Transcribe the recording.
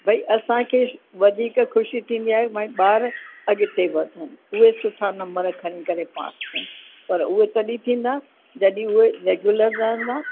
भई असांखे वधीक खुशी थींदी आहे भई ॿार अॻिते वधन उहे सुठा नंबर खणी करे पास थियनि पर उहे तॾहिं थींदा जॾहिं उहे रेग्यूलर रहंदा